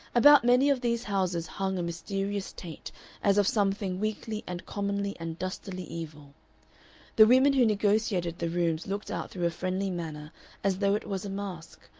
about many of these houses hung a mysterious taint as of something weakly and commonly and dustily evil the women who negotiated the rooms looked out through a friendly manner as though it was a mask,